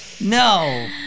no